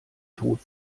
tod